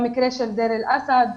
את המקרה של דיר אל אסאד,